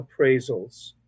appraisals